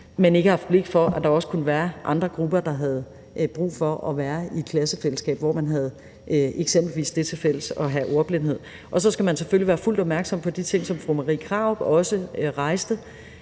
men ikke har haft blik for, at der også kunne være andre grupper, der har brug for at være i et klassefællesskab, hvor man eksempelvis har det tilfælles at have ordblindhed. Så skal man selvfølgelig være fuldt opmærksom på de ting, som fru Marie Krarup nævnte,